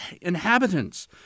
inhabitants